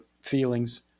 feelings